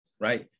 Right